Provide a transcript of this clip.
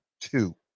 two